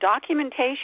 documentation